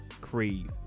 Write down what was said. crave